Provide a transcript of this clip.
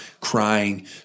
crying